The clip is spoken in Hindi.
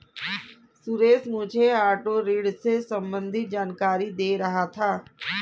सुरेश मुझे ऑटो ऋण से संबंधित जानकारी दे रहा था